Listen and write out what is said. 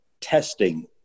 testing